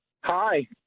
Hi